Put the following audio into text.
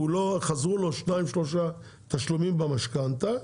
חזרו לו שניים שלושה תשלומים במשכנתה,